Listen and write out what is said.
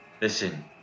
Listen